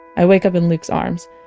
i wake up in luke's arms.